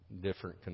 different